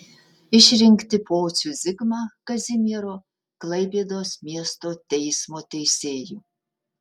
išrinkti pocių zigmą kazimiero klaipėdos miesto teismo teisėju